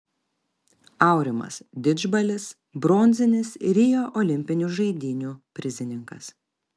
aurimas didžbalis bronzinis rio olimpinių žaidynių prizininkas